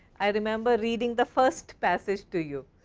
i remember reading the first passage to you,